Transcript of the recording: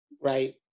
right